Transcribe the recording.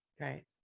Right